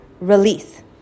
release